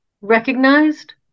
recognized